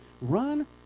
run